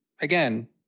again